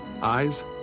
Eyes